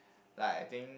like I think